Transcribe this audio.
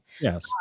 Yes